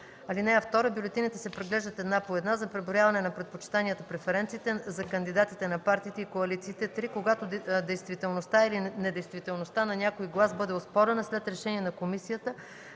комисия. (2) Бюлетините се преглеждат една по една за преброяване на предпочитанията (преференциите) за кандидатите на партиите и коалициите. (3) Когато действителността или недействителността на някой глас бъде оспорена, след решение на комисията